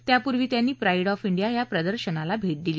त्यापुर्वी त्यांनी pride of India या प्रदर्शनाला भेट दिली